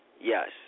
yes